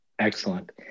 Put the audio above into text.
Excellent